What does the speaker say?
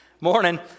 Morning